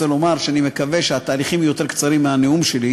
רוצה לומר שאני מקווה שהתהליכים יהיו יותר קצרים מהנאום שלי,